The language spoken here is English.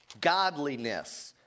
Godliness